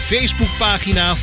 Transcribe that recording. Facebookpagina